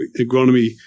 agronomy